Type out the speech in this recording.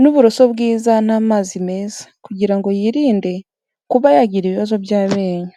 n'uburoso bwiza n'amazi meza, kugira ngo yirinde kuba yagira ibibazo by'amenyo.